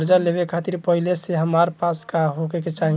कर्जा लेवे खातिर पहिले से हमरा पास का होए के चाही?